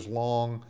long